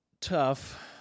tough